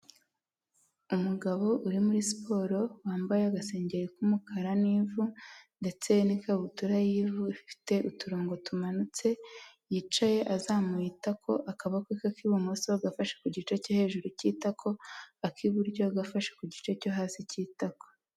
Umugabo uri muri siporo, wambaye agasengeri k'umukara n'ivu, ndetse n'ikabutura y'ivu ifite uturongogo tumanutse, yicaye azamuye itako, akaboko ke k'ibumoso gafashe ku gice cyo hejuru k'itako, ak'iburyo gafashe ku gice cyo hasi cy'itako.